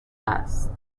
است